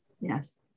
yes